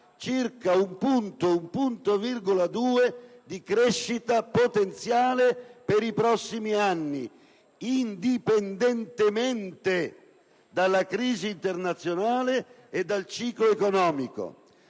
circa 1-1,2 punti di crescita potenziale per i prossimi anni, indipendentemente dalla crisi internazionale e dal ciclo economico.